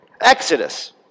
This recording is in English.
Exodus